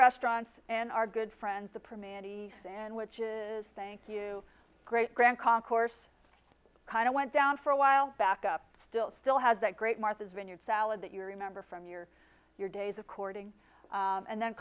restaurants and are good friends the primary sandwiches think you great grand concourse kind of went down for a while back up still still has that great martha's vineyard salad that you remember from your your days of courting and then